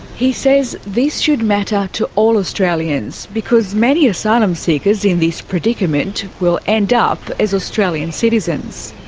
he says this should matter to all australians, because many asylum seekers in this predicament will end up as australian citizens.